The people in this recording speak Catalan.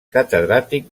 catedràtic